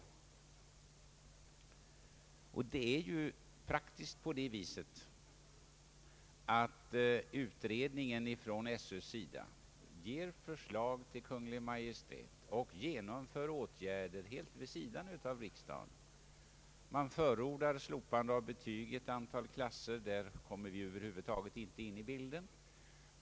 Det är praktiskt att utredningen inom SÖ ger förslag till Kungl. Maj:t och genomför åtgärder helt vid sidan av riksdagen. Den förordar slopandet av betygen i ett antal klasser. Där kommer vi över huvud taget inte in i bilden.